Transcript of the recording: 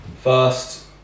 First